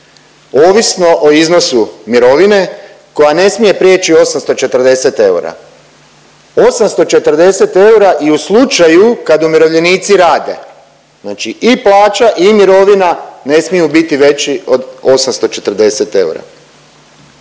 ovisno o iznosu mirovine koja ne smije prijeći 840 eura. 840 eura i u slučaju kad umirovljenici rade. Znači i plaća ne smiju biti veći od 840 eura.